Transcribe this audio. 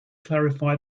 clarify